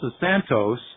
Santos